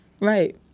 Right